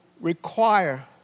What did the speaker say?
require